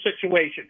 situation